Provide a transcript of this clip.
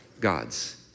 gods